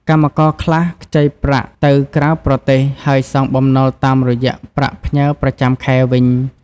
កម្មករខ្លះខ្ចីប្រាក់ទៅក្រៅប្រទេស ហើយសងបំណុលតាមរយៈប្រាក់ផ្ញើប្រចាំខែវិញ។